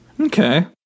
Okay